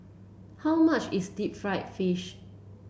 how much is Deep Fried Fish